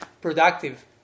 productive